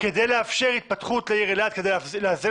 כדי לאפשר התפתחות לעיר אלעד כדי לאזן